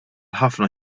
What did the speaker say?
ħafna